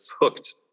hooked